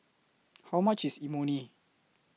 How much IS Imoni